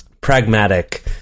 pragmatic